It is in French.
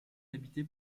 habité